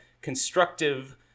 constructive